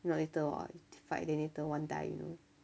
if not later !wah! if they fight then later one die you know